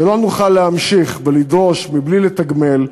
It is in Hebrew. שלא נוכל להמשיך לדרוש בלי לתגמל,